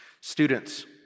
Students